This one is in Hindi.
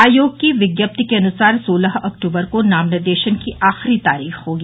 आयोग की विज्ञप्ति के अनुसार सोलह अक्टूबर को नाम निर्देशन की आखिरी तारीख होगी